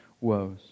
woes